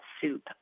soup